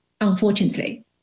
unfortunately